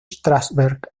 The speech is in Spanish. strasberg